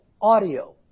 audio